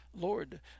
Lord